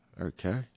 Okay